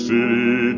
City